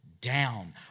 down